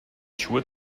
schuhe